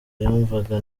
yumvaga